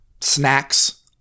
snacks